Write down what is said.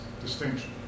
distinction